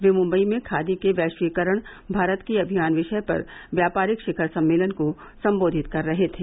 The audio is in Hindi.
वे मुंबई में खादी के वैश्वीकरण भारत के अभिमान विषय पर व्यापारिक शिखर सम्मेलन को संबोधित कर रहे थे